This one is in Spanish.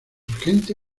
urgente